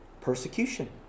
Persecution